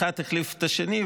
שאחד החליף את השני,